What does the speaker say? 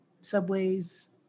subways